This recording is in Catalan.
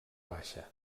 baixa